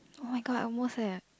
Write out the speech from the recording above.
oh-my-god I almost eh